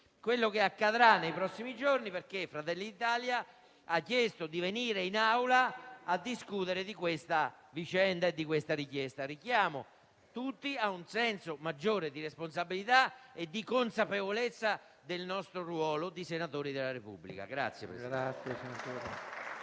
quello che accadrà nei prossimi giorni, perché Fratelli d'Italia ha chiesto al Governo di venire in Aula a discutere di questa vicenda e di questa richiesta. Richiamo tutti a un senso maggiore di responsabilità e di consapevolezza del nostro ruolo di senatori della Repubblica.